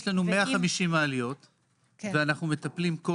יש לנו 150 מעליות ואנחנו מטפלים כל